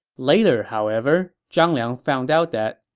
later, however, zhang liang found out that,